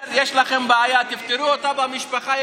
אני אומר: יש לכם בעיה, תפתרו אותה במשפחה.